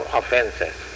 offenses